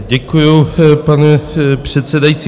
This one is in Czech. Děkuju, pane předsedající.